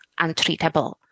untreatable